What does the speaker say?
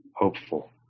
Hopeful